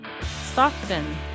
Stockton